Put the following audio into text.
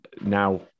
now